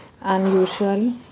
unusual